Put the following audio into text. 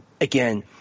again